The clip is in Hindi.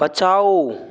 बचाओ